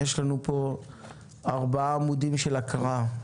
יש לנו פה ארבעה עמודים של הקראה,